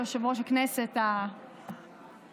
יושב-ראש הכנסת הזמני,